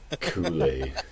Kool-Aid